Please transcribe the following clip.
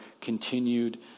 continued